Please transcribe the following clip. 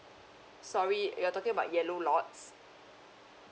sorry you're talking about yellow lots